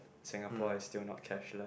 Singapore is still not cashless